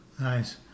Nice